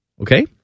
Okay